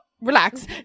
Relax